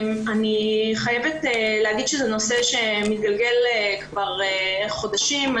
אני חייבת להגיד שזה נושא שמתגלגל כבר חודשים.